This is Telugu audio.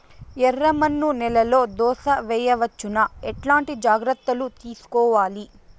ఎర్రమన్ను నేలలో దోస వేయవచ్చునా? ఎట్లాంటి జాగ్రత్త లు తీసుకోవాలి?